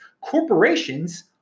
Corporations